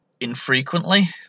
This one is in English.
infrequently